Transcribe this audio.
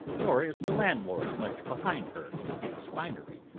nor is the landlord much behind her in his finery,